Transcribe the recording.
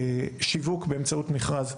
שיווק באמצעות מכרז,